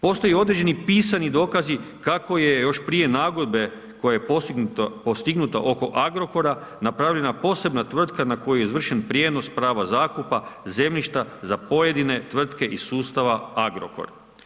Postoje određeni pisani dokazi kako je još prije nagodbe koja je postignuta oko Agrokora, napravi posebna tvrtka na koju je izvršen prijenos prava zakupa zemljišta za pojedine tvrtke iz sustava Agrokor.